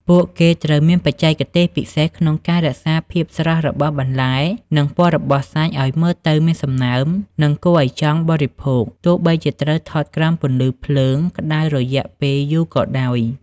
ពួកគេត្រូវមានបច្ចេកទេសពិសេសក្នុងការរក្សាភាពស្រស់របស់បន្លែ និងពណ៌របស់សាច់ឱ្យមើលទៅមានសំណើម និងគួរឱ្យចង់បរិភោគ ទោះបីជាត្រូវថតក្រោមពន្លឺភ្លើងក្ដៅរយៈពេលយូរក៏ដោយ។